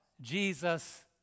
Jesus